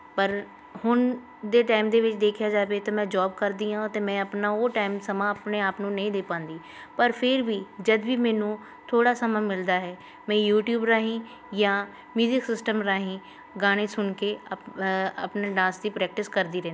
ਪਰ ਹੁਣ ਦੇ ਟਾਈਮ ਦੇ ਵਿੱਚ ਦੇਖਿਆ ਜਾਵੇ ਤਾਂ ਮੈਂ ਜੋਬ ਕਰਦੀ ਹਾਂ ਅਤੇ ਮੈਂ ਆਪਣਾ ਉਹ ਟਾਈਮ ਸਮਾਂ ਆਪਣੇ ਆਪ ਨੂੰ ਨਹੀਂ ਦੇ ਪਾਉਂਦੀ ਪਰ ਫਿਰ ਵੀ ਜਦ ਵੀ ਮੈਨੂੰ ਥੋੜ੍ਹਾ ਸਮਾਂ ਮਿਲਦਾ ਹੈ ਮੈਂ ਯੂਟਿਊਬ ਰਾਹੀਂ ਜਾਂ ਮਿਊਜ਼ਿਕ ਸਿਸਟਮ ਰਾਹੀਂ ਗਾਣੇ ਸੁਣ ਕੇ ਅਪ ਆਪਣੇ ਡਾਂਸ ਦੀ ਪ੍ਰੈਕਟਿਸ ਕਰਦੀ ਰਹਿੰਦੀ ਹਾਂ